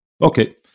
Okay